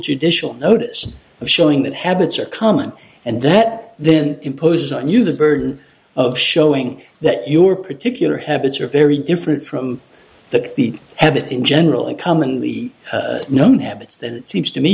judicial notice of showing that habits are common and that then imposes on you the burden of showing that your particular habits are very different from the the habit in general and commonly known habits that it seems to me